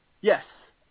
Yes